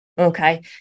Okay